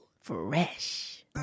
Fresh